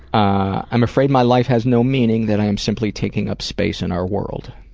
i'm afraid my life has no meaning, that i'm simply taking up space in our world.